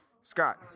Scott